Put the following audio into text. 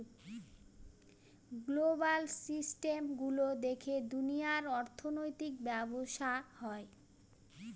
global system গুলো দেখে দুনিয়ার অর্থনৈতিক ব্যবসা হয়